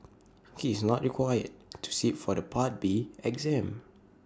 he is not required to sit for the part B exam